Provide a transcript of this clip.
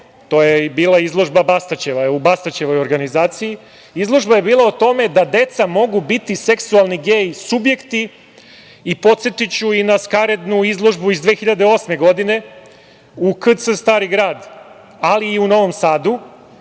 To je bila izložba Bastaćeva, u Bastaćevoj organizaciji. Izložba je bila o tome da deca mogu biti seksualni gej subjekti. Podsetiću i na skaradnu izložbu iz 2008. u KC Stari Grad, ali i u Novom Sadu.